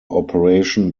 operation